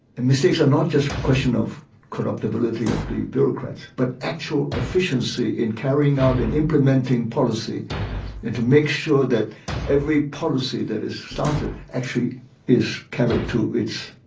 and mistakes are not just a question of corruptibility of the bureaucrats, but actual efficiency in carrying out and implementing policy and to make sure that every policy that is started actually is carried to its